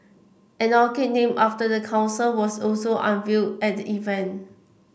an orchid named after the council was also unveiled at the event